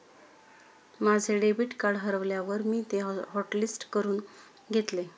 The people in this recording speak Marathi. माझे डेबिट कार्ड हरवल्यावर मी ते हॉटलिस्ट करून घेतले